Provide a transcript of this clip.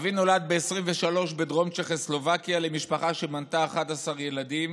אבי נולד ב-1923 בדרום צ'כוסלובקיה למשפחה שמנתה 11 ילדים.